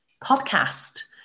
podcast